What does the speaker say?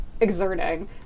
exerting